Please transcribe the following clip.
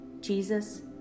Jesus